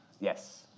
yes